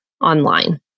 online